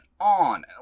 on